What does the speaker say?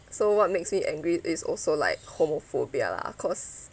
so what makes me angry is also like homophobia lah cause